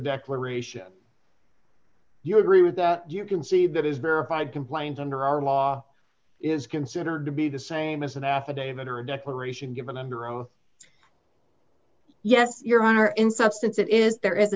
declaration you agree with that you can see that is verified complaint under our law is considered to be the same as an affidavit or a declaration given under oath yes your honor in substance it is there is a